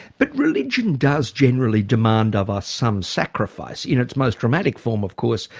but religion does generally demand of us some sacrifice. in its most dramatic form of course,